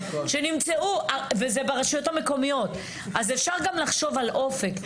זה ברשויות המקומיות, אז אפשר גם לחשוב על אופק.